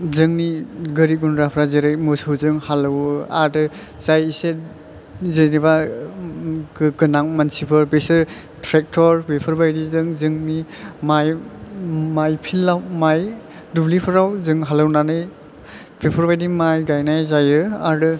जोंनि गोरिब गुन्द्राफ्रा जेरै मोसौजों हालौयो आरो जाय एसे जेनेबा गो गोनां मानसिफोर बिसोर ट्रेक्टर बेफोरबायदिजो जोंनि माइ माइ फिल्डआव माइ दुब्लिफ्राव जों हालौनानै बेफोरबायदि माय गायनाय जायो आरो